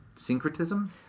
syncretism